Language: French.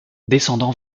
descendant